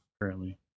currently